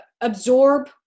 absorb